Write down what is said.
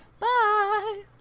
Bye